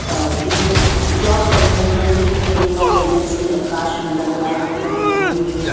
और जेके जॉब कंदियूं आहिनि हुननि खे बि टे महीना प्रेग्नेंसी अवकाश मिलंदो आहे आफ़्टर डिलेवरी जो